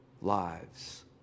lives